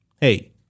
hey